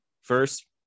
first